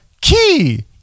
key